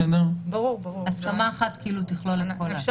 הסכמה אחת תכלול את כל --- כן,